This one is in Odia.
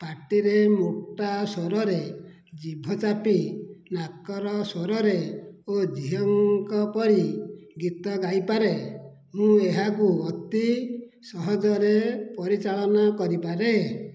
ପାଟିରେ ମୋଟା ସ୍ୱରରେ ଜିଭ ଚାପି ନାକର ସ୍ୱରରେ ଓ ଧିଓଉଁ ଙ୍କ ପରି ଗୀତ ଗାଇପାରେ ମୁଁ ଏହାକୁ ଅତି ସହଜରେ ପରିଚାଳନା କରିପାରେ